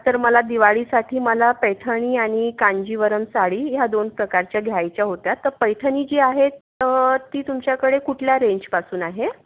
तर मला दिवाळीसाठी मला पैठणी आणि कांजीवरम साडी ह्या दोन प्रकारच्या घ्यायच्या होत्या तर पैठणी जी आहे ती तुमच्याकडे कुठल्या रेंजपासून आहे